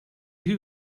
who